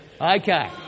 Okay